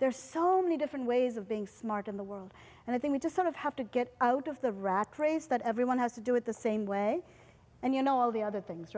there's so many different ways of being smart in the world and i think we just sort of have to get out of the rat race that everyone has to do it the same way and you know all the other things